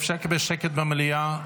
אפשר לקבל שקט במליאה?